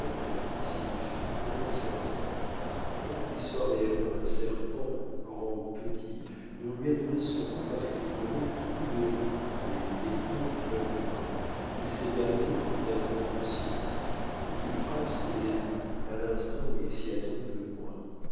signifie grand serpent non qu'il soit réellement un serpent grand ou petit mais on lui a donné ce nom parce qu'il connaît tous les replis et les détours du cœur humain qu'il sait garder prudemment le silence et qu'il frappe ses ennemis à l'instant où ils s'y attendent le moins